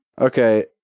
Okay